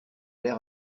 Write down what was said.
l’air